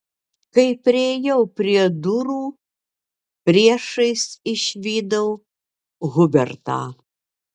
kai priėjau prie durų priešais išvydau hubertą